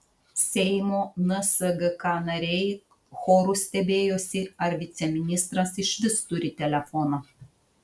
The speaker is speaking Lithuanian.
seimo nsgk nariai choru stebėjosi ar viceministras išvis turi telefoną